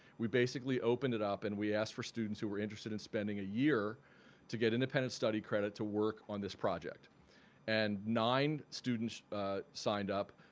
we basically opened it up and we asked for students who were interested in spending a year to get independent study credit to work on this project and nine students signed up,